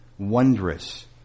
wondrous